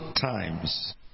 times